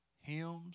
hymns